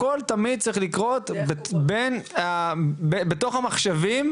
הכול תמיד צריך לקרות בתוך המחשבים,